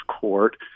court